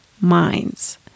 minds